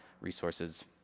resources